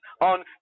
on